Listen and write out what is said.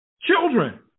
Children